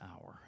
hour